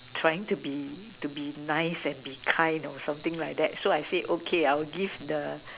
trying to be to be nice and be kind or something like that so I say okay I will give the